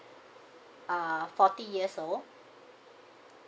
uh forty years old